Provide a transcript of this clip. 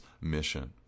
mission